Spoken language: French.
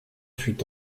fut